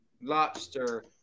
lobster